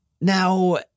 Now